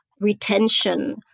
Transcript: retention